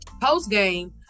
post-game